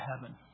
heaven